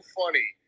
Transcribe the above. funny